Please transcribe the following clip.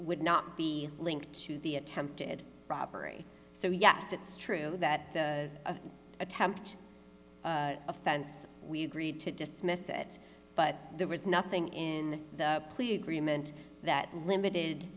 would not be linked to the attempted robbery so yes it's true that the attempt offense we agreed to dismiss it but there was nothing in the plea agreement that limited